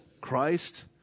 Christ